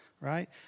right